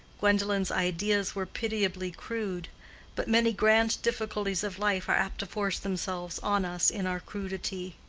gwendolen's ideas were pitiably crude but many grand difficulties of life are apt to force themselves on us in our crudity.